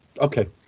Okay